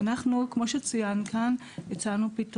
אבל אנחנו נבחן אפשרות לדאוג לכך שהטיפול גם של גורמים משפטיים